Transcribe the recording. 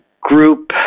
group